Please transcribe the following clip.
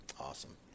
Awesome